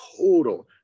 total